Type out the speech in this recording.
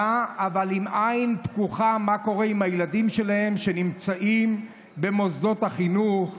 אבל עם עין פקוחה מה קורה עם הילדים שלהן שנמצאים במוסדות החינוך,